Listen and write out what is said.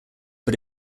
but